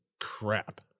crap